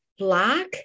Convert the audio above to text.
Black